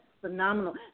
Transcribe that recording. phenomenal